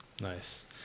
Nice